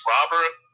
Robert